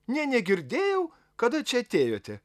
nė negirdėjau kada čia atėjote